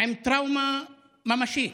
עם טראומה ממשית.